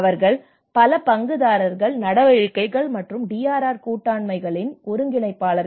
அவர்கள் பல பங்குதாரர் நடவடிக்கைகள் மற்றும் டிஆர்ஆர் கூட்டாண்மைகளின் ஒருங்கிணைப்பாளர்கள்